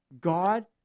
God